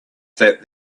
that